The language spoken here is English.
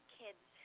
kids